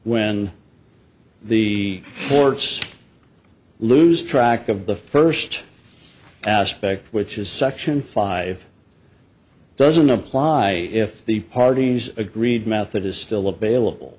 when the courts lose track of the first aspect which is section five doesn't apply if the parties agreed method is still available